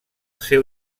seu